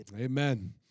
Amen